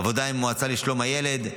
עבודה עם המועצה לשלום הילד,